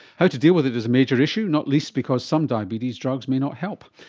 how to deal with it is a major issue, not least because some diabetes drugs may not help.